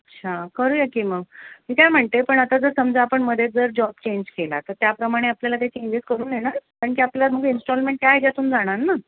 अच्छा करूया की मग मी काय म्हणते पण आता जर समजा आपण मध्येच जर जॉब चेंज केला तर त्याप्रमाणे आपल्याला ते चेंजेस करून येणार कारण की आपल्याला मग इन्स्टॉलमेंट त्यायाच्या्तून जाणार ना